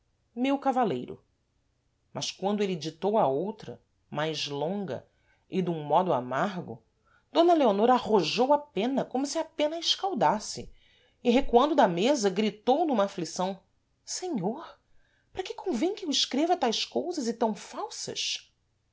meu cavaleiro mas quando êle ditou a outra mais longa e dum modo amargo d leonor arrojou a pena como se a pena a escaldasse e recuando da mesa gritou numa aflição senhor para que convêm que eu escreva tais cousas e tam falsas